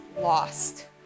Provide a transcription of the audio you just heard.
lost